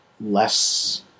less-